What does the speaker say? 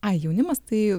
ai jaunimas tai